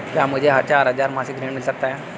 क्या मुझे चार हजार मासिक ऋण मिल सकता है?